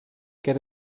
get